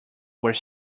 were